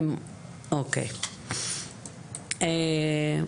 יש קושי בכל הארץ,